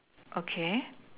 okay